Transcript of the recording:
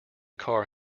car